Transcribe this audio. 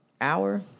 Hour